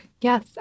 Yes